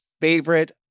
favorite